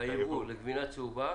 הייבוא לגבינה צהובה,